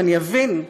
שאני אבין.